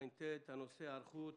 הנושא: היערכות